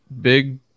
Big